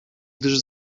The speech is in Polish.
gdyż